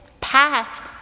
Past